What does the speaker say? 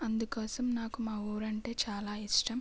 అందుకోసం నాకు మా ఊరు అంటే చాలా ఇష్టం